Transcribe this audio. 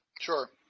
sure